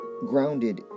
grounded